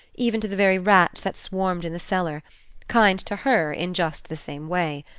even to the very rats that swarmed in the cellar kind to her in just the same way.